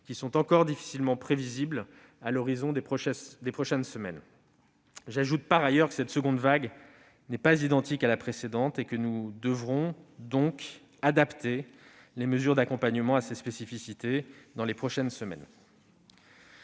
sont encore difficilement prévisibles à l'horizon des prochaines semaines. J'ajoute que cette seconde vague n'est pas identique à la précédente, et que nous devrons adapter les mesures d'accompagnement à ses spécificités dans les prochaines semaines.